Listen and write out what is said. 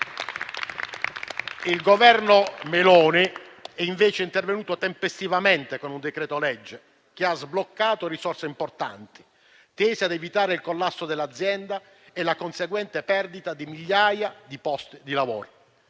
Il Governo Meloni è invece intervenuto tempestivamente con un decreto-legge, che ha sbloccato risorse importanti, tese ad evitare il collasso dell'azienda e la conseguente perdita di migliaia di posti di lavoro.